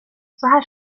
här